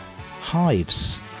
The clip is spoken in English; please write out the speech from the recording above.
hives